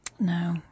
No